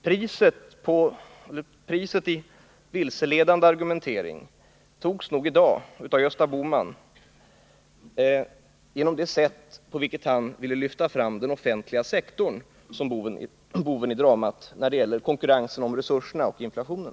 Priset i vilseledande argumentering togs nog i dag av Gösta Bohman genom det sätt på vilket han ville lyfta fram den offentliga sektorn såsom boven i dramat när det gäller konkurrensen om resurserna och inflationen.